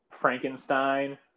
Frankenstein